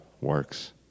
works